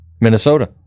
Minnesota